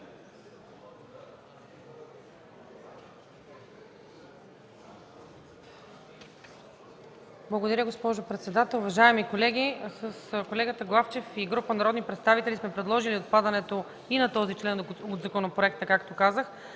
Благодаря, госпожо председател. Уважаеми колеги, с колегата Главчев и група народни представители сме предложили отпадането и на този член от законопроекта, както казах,